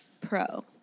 Pro